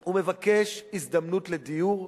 הוא מבקש הזדמנות לדיור,